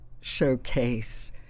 showcase